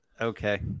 Okay